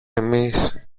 εμείς